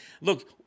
look